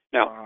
Now